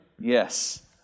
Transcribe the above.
Yes